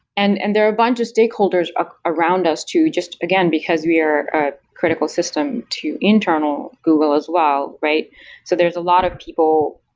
and and there are a bunch of stakeholders ah around us to just again, because we are a critical system to internal google as well. so there's a lot of people,